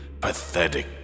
pathetic